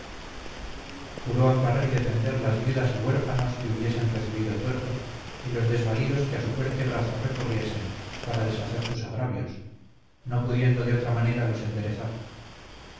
juró amparar y defender las viudas y huérfanos que hubiesen recibido tuerto y los desvalidos que a su fuerte brazo recurriesen para deshacer sus agravios no pudiendo de otra manera los enderezar